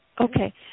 Okay